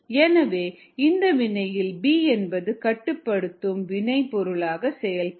எனவே இந்த வினையில் B என்பது கட்டுப்படுத்தும் வினைபொருளாக செயல்படும்